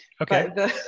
Okay